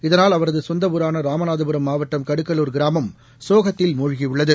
இதனால் அவரது சொந்த ஊரான ராமநாதபுரம் மாவட்டம் கடுக்கலூர் கிராமம் சோகத்தில் மூழ்கியுள்ளது